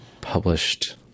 published